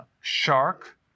Shark